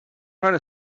trying